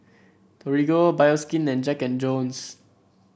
Torigo Bioskin and Jack And Jones